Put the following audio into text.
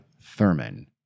Thurman